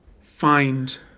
find